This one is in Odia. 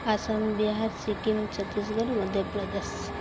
ଆସାମ ବିହାର ସିକିମ୍ ଛତିଶଗଡ଼ ମଧ୍ୟପ୍ରଦେଶ